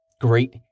Great